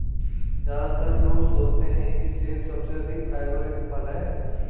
ज्यादातर लोग सोचते हैं कि सेब सबसे अधिक फाइबर युक्त फल है